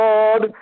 Lord